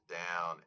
down